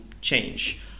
change